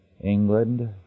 England